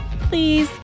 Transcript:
please